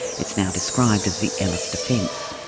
it's now described as the ellis defence.